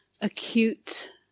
acute